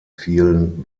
vielen